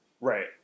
right